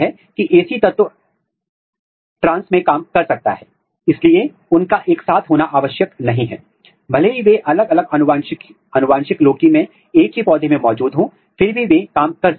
तो यह एक सूचना देता है कि एक संभावना हो सकती है कि आपका प्रोटीन संवहनी ऊतक में संश्लेषित हो रहा है फिर संवहनी ऊतक से यह पड़ोसी कोशिकाओं में पलायन कर रहा है जो इस मामले में एंडोडर्मिस है